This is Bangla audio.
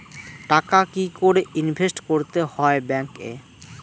টাকা কি করে ইনভেস্ট করতে হয় ব্যাংক এ?